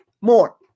more